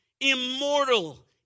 immortal